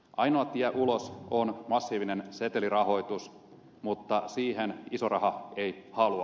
ainoa tie ulos on massiivinen setelirahoitus mutta siihen iso raha ei halua